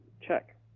check